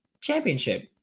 championship